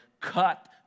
cut